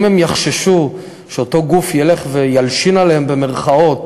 אם הם יחששו שאותו גוף ילך ו"ילשין" עליהם לאוכף,